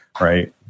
right